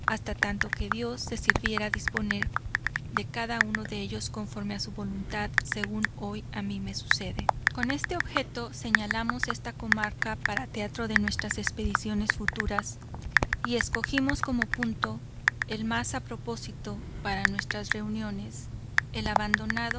hasta tanto que dios se sirviera disponer de cada uno de ellos conforme a su voluntad según hoy a mi me sucede con esto objeto señalamos esta comarca para teatro de nuestras expediciones futuras y escogimos como punto el más a propósito para nuestras reuniones el abandonado